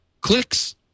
clicks